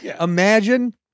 imagine